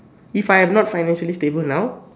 if I am not financially stable now